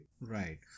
Right